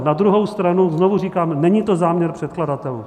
Na druhou stranu znovu říkám, není to záměr předkladatelů.